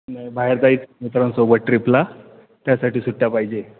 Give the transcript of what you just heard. नाही बाहेर जाई मित्रांसोबत ट्रिपला त्यासाठी सुट्ट्या पाहिजे